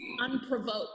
unprovoked